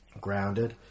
grounded